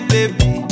Baby